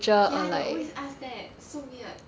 ya they always ask that so weird